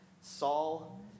Saul